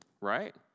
right